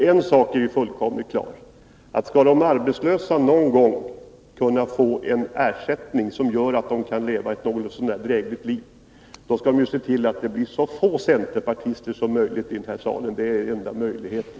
En sak är fullkomligt klar: skall de arbetslösa någon gång kunna få en ersättning som gör att de kan leva ett något så när drägligt liv, skall de se till att det blir så få centerpartister som möjligt i den här salen. Det är enda möjligheten.